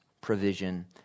provision